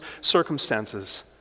circumstances